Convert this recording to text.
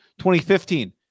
2015